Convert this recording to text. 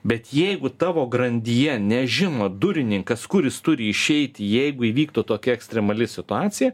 bet jeigu tavo grandyje nežino durininkas kur jis turi išeiti jeigu įvyktų tokia ekstremali situacija